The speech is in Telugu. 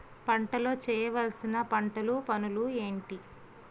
పంటలో చేయవలసిన పంటలు పనులు ఏంటి?